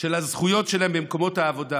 שלהם במקומות העבודה.